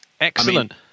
Excellent